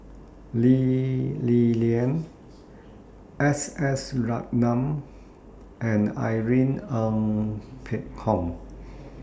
Lee Li Lian S S Ratnam and Irene Ng Phek Hoong